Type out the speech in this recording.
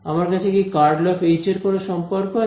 আমার কাছে কি ∇× H এর কোন সম্পর্ক আছে